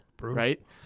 right